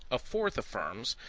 a fourth affirms,